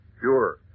Sure